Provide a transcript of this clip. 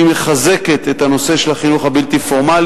שהיא מחזקת את הנושא של החינוך הבלתי-פורמלי,